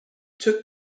took